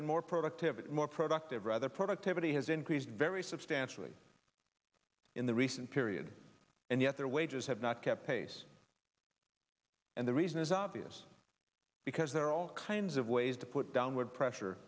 been more productivity more productive rather productivity has increased very substantially in the recent period and yet their wages have not kept pace and the reason is obvious because there are all kinds of ways to put downward pressure